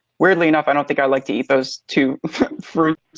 weirdly enough i don't think i like to eat those two fruits